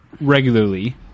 regularly